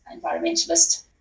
environmentalist